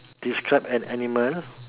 describe an animal